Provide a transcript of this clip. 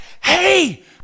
Hey